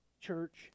Church